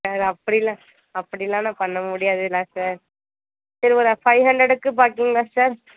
sir அப்படியெல்லாம் அப்படியெல்லாம் நான் பண்ண முடியாதில்ல சார் சரி ஒரு ஃபைவ் ஹண்ட்ரடுக்கு பார்க்குறீங்களா சார்